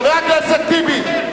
חבר הכנסת טיבי.